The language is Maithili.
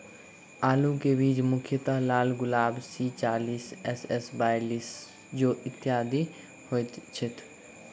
आलु केँ बीज मुख्यतः लालगुलाब, सी चालीस, एम.एस बयालिस, ज्योति, इत्यादि होए छैथ?